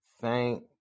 thank